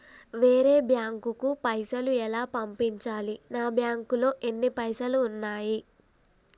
వేరే బ్యాంకుకు పైసలు ఎలా పంపించాలి? నా బ్యాంకులో ఎన్ని పైసలు ఉన్నాయి?